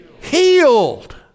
Healed